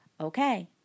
Okay